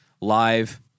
live